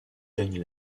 gagne